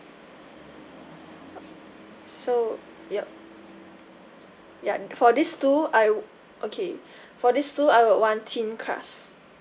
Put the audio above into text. so yup ya for these two I okay for these two I would want thin crust